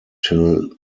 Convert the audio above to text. till